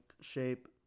shape